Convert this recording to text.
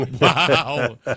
Wow